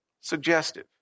suggestive